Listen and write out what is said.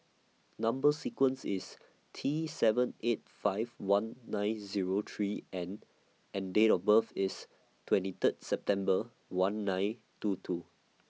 Number sequence IS T seven eight five one nine Zero three N and Date of birth IS twenty Third September one nine two two